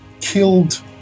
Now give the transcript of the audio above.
killed